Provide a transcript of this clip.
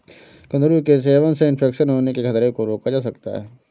कुंदरू के सेवन से इन्फेक्शन होने के खतरे को रोका जा सकता है